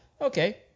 okay